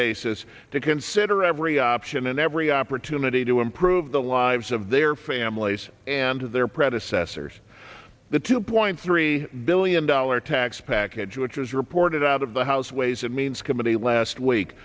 basis to consider every option and every opportunity to improve the lives of their families and their predecessors the two point three billion dollars tax package which was reported out of the house ways and means committee last week